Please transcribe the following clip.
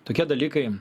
tokie dalykai